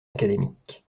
académiques